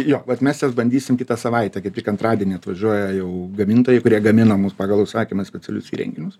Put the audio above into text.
jo vat mes juos bandysim kitą savaitę kaip tik antradienį atvažiuoja jau gamintojai kurie gamina mums pagal užsakymą specialius įrenginius